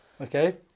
Okay